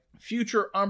future